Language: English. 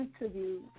interview